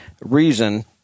reason